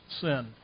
sin